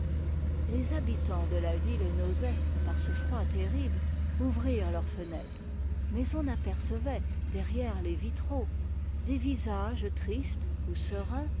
les habitants de la ville n'osaient par ce froid terrible ouvrir leurs fenêtres mais on apercevait derrière les vitraux des visages tristes bu sereins